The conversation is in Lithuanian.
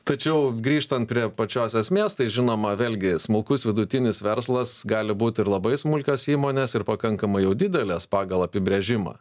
tačiau grįžtant prie pačios esmės tai žinoma vėlgi smulkus vidutinis verslas gali būt ir labai smulkios įmonės ir pakankamai jau didelės pagal apibrėžimą